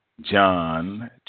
John